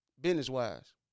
business-wise